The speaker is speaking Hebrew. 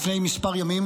לפני מספר ימים